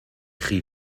chi